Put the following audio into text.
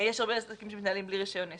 יש הרבה עסקים שמתנהלים בלי רישיון עסק.